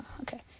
okay